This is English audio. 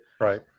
right